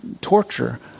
torture